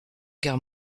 guerre